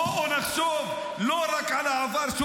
בואו נחשוב לא רק על העבר,